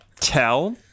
tell